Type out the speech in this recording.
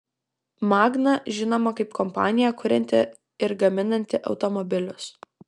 magna žinoma kaip kompanija kurianti ir gaminanti automobilius